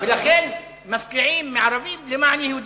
ולכן מפקיעים מערבים למען יהודים.